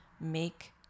make